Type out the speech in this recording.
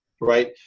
right